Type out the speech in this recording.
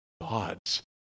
God's